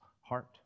heart